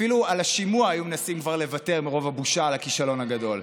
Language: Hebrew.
אפילו על השימוע היו מנסים כבר לוותר מרוב הבושה על הכישלון הגדול.